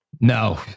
no